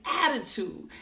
attitude